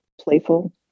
playful